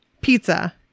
Pizza